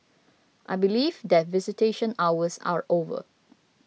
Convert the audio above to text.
I believe that visitation hours are over